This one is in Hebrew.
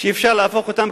שאפשר להפוך אותם,